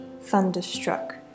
thunderstruck